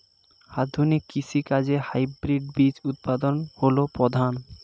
আধুনিক কৃষি কাজে হাইব্রিড বীজ উৎপাদন হল প্রধান